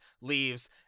leaves